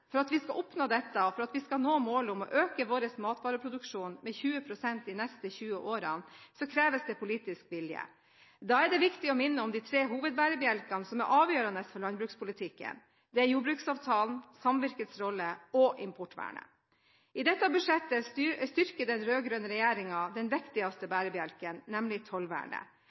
For at vi skal oppnå dette, og for at vi skal nå målet om å øke vår matvareproduksjon med 20 pst. de neste 20 årene, kreves det politisk vilje. Da er det viktig å minne om de tre hovedbærebjelkene som er avgjørende for landbrukspolitikken: Det er jordbruksavtalen, samvirkets rolle og importvernet. I dette budsjettet styrker den rød-grønne regjeringen den viktigste bærebjelken, nemlig tollvernet.